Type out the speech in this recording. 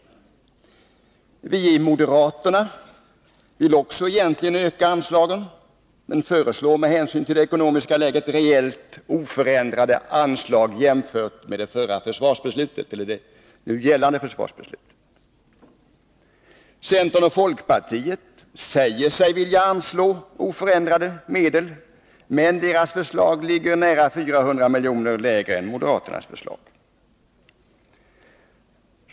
Också vi moderater vill egentligen öka anslagen, men vi föreslår med hänsyn till det ekonomiska läget reellt oförändrade anslag jämfört med det nu gällande försvarsbeslutet. Centern och folkpartiet säger sig vilja anslå oförändrade medel, men deras förslag ligger nära 400 miljoner lägre än moderaternas förslag.